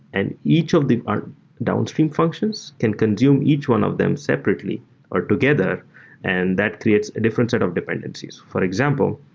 and each of the downstream functions can consume each one of them separately or together and that creates a different set of dependencies. for example,